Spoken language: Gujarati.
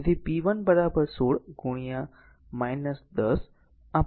તેથી p 1 16 10 આ પાવર છે